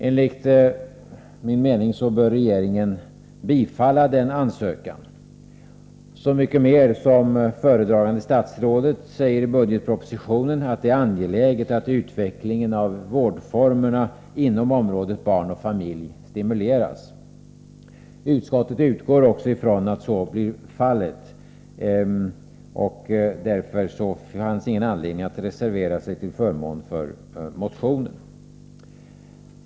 Enligt min mening bör regeringen bifalla denna ansökan, så mycket mer som föredragande statsrådet säger i budgetpropositionen att det är angeläget att utvecklingen av vårdformerna inom området barn och familj stimuleras. Utskottet utgår från att så blir fallet, och det fanns därför ingen anledning att reservera sig till förmån för motionen.